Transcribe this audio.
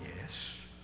Yes